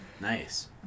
Nice